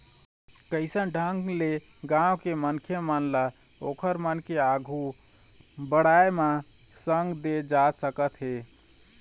कइसन ढंग ले गाँव के मनखे मन ल ओखर मन के आघु बड़ाय म संग दे जा सकत हे